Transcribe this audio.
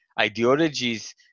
ideologies